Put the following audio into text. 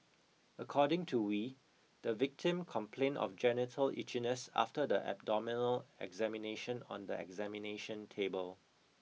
according to Wee the victim complained of genital itchiness after the abdominal examination on the examination table